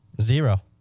Zero